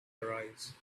arise